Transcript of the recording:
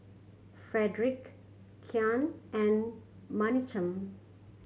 Fredric Kian and Menachem